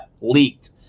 leaked